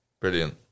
Brilliant